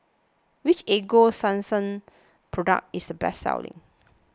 which Ego Sunsense Product is the best selling